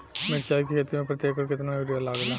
मिरचाई के खेती मे प्रति एकड़ केतना यूरिया लागे ला?